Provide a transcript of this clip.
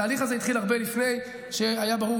התהליך הזה התחיל הרבה לפני שהיה ברור